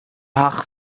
theach